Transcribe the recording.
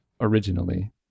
originally